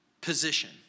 position